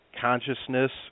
consciousness